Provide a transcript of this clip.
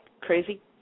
crazy